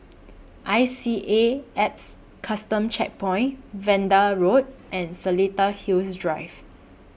I C A Alps Custom Checkpoint Vanda Road and Seletar Hills Drive